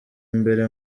mbere